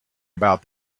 about